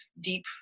deep